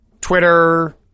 Twitter